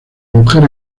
mujer